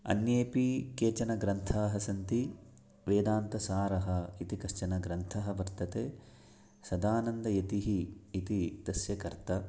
अन्येपि केचन ग्रन्थाः सन्ति वेदान्तसारः इति कश्चन ग्रन्थः वर्तते सदानन्दयतिः इति तस्य कर्ता